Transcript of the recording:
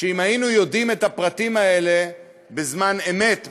שאם היינו יודעים את הפרטים האלה בזמן אמת בוועדה,